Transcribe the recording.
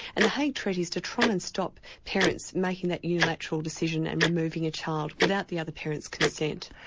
and the hague treaty is to try and stop parents making that unilateral decision and removing a child without the other parent's consent.